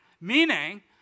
Meaning